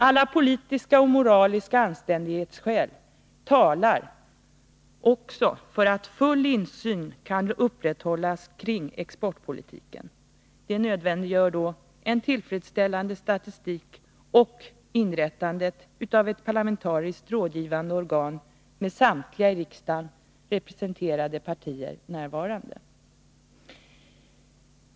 Alla politiska och moraliska anständighetsskäl talar också för att full insyn kan upprätthållas kring exportpolitiken. Det nödvändiggör en tillfredsställande statistik och inrättandet av ett parlamentariskt rådgivande organ med samtliga i riksdagen representerade partier närvarande.